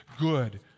good